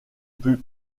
peut